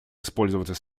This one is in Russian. использоваться